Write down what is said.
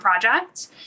project